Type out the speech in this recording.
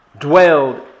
dwelled